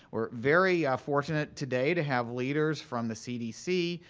we're very fortunate today to have leaders from the cdc,